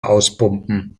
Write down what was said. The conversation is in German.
auspumpen